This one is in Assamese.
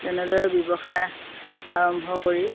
তেনেদৰে ব্যৱসায় আৰম্ভ কৰি